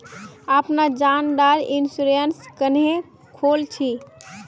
अपना जान डार इंश्योरेंस क्नेहे खोल छी?